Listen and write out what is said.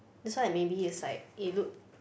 that's why maybe is like it look